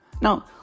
Now